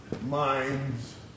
minds